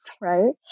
right